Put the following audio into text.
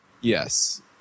Yes